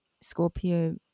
Scorpio